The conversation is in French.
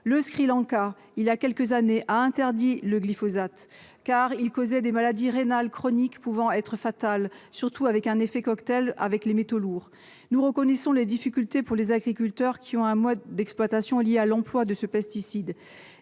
Le Sri Lanka, il y a quelques années, a interdit le glyphosate, car il causait des maladies rénales chroniques pouvant être fatales, surtout avec un effet cocktail avec les métaux lourds. Nous reconnaissons les difficultés d'une interdiction du glyphosate pour les agriculteurs dont le mode d'exploitation est lié à l'emploi de ce pesticide,